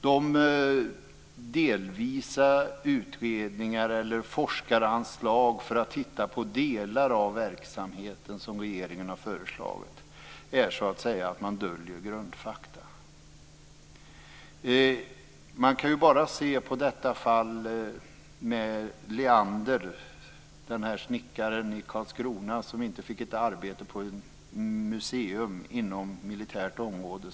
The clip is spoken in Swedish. De delvisa utredningar eller forskaranslag för att titta på delar av verksamheten som har föreslagits av regeringen döljer grundfakta. Låt oss se på fallet Leander. Det var snickaren i Karlskrona som inte fick ett arbete på ett museum inom ett militärt område.